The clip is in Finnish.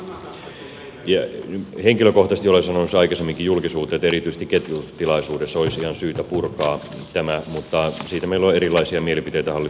henkilökohtaisesti olen sanonut sen aikaisemminkin julkisuuteen että erityisesti ketjutustilanteissa olisi ihan syytä purkaa tämä mutta siitä meillä on erilaisia mielipiteitä hallituksessa